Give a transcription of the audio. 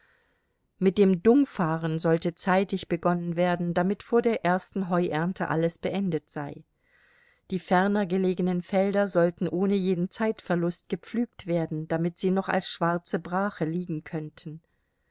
mit dem dungfahren sollte zeitig begonnen werden damit vor der ersten heuernte alles beendet sei die ferner gelegenen felder sollten ohne jeden zeitverlust gepflügt werden damit sie noch als schwarze brache liegen könnten